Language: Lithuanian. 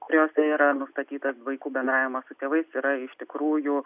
kuriose yra nustatytas vaikų bendravimas su tėvais yra iš tikrųjų